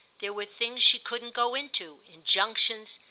there were things she couldn't go into injunctions,